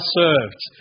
served